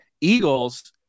Eagles